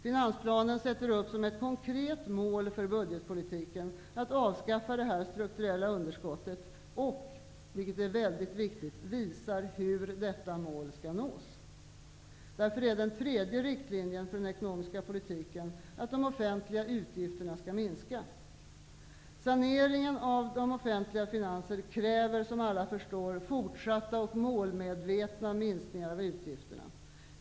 Finansplanen sätter upp som ett konkret mål för budgetpolitiken att avskaffa det strukturella underskottet och, vilket är mycket viktigt, visar hur detta mål skall nås. Därför är den tredje riktlinjen för den ekonomiska politiken att de offentliga utgifterna skall minska. Saneringen av de offenliga finanserna kräver, som alla förstår, fortsatta och målmedvetna minskningar av utgifterna.